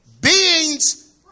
beings